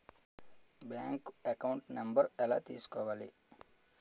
Bank account number ఎలా తీసుకోవాలి?